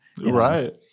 Right